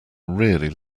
really